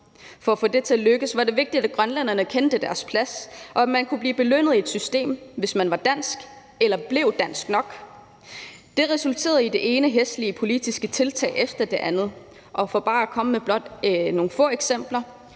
For at få det til at lykkes var det vigtigt, at grønlænderne kendte deres plads, og at man kunne blive belønnet i et system, hvis man var dansk eller blev dansk nok. Det resulterede i det ene hæslige politiske tiltag efter det andet, og for bare at komme med blot nogle få eksempler: